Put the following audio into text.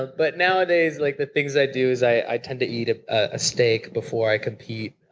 but nowadays like the things i do is i tend to eat a ah steak before i compete,